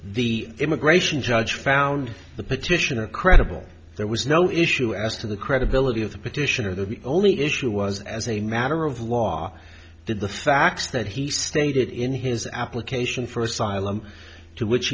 the immigration judge found the petitioner credible there was no issue as to the credibility of the petitioner the only issue was as a matter of law did the facts that he stated in his application for asylum to which